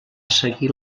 seguir